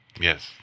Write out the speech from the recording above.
Yes